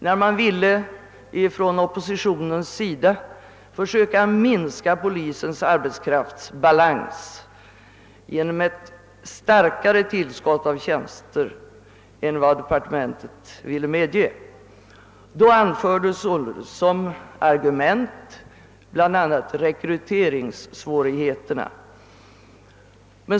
När oppositionen tidigare för att minska polisens arbetskraftsbalans föreslog ett större tillskott av tjänster än departementet ville medge anfördes som argument bl.a. rekryteringssvårigheterna.